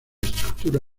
estructura